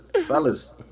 Fellas